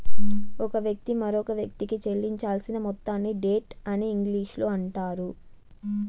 ఒక వ్యక్తి మరొకవ్యక్తికి చెల్లించాల్సిన మొత్తాన్ని డెట్ అని ఇంగ్లీషులో అంటారు